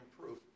proof